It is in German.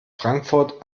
frankfurt